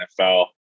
NFL